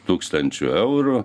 tūkstančių eurų